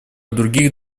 других